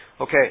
Okay